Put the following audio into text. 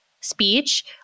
speech